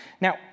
Now